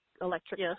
electric